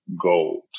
gold